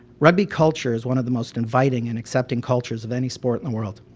rugby culture is one of the most inviting and accepting cultures of any sport in the world.